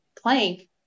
plank